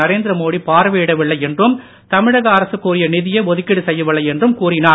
நரேந்திர மோடி பார்வையிடவில்லை என்றும் தமிழக அரசு கோரிய நிதியை ஒதுக்கீடு செய்யவில்லை என்றும் கூறினார்